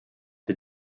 the